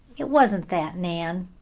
it wasn't that, nan.